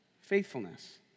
faithfulness